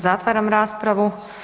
Zatvaram raspravu.